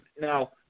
now